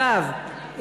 אגב,